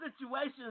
situations